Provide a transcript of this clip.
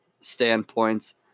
standpoints